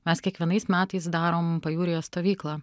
mes kiekvienais metais darom pajūryje stovyklą